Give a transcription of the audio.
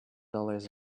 dollars